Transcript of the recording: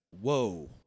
Whoa